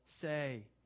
say